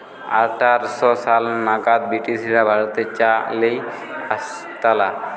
আঠার শ সাল নাগাদ ব্রিটিশরা ভারতে চা লেই আসতালা